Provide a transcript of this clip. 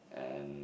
and